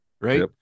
right